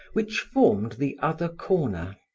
which formed the other corner.